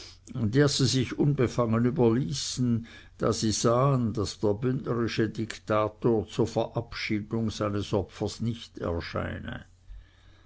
der sie sich unbefangen überließen da sie sahen daß der bündnerische diktator zur verabschiedung seines opfers nicht erscheine